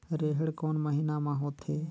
रेहेण कोन महीना म होथे?